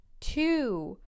two